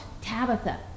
Tabitha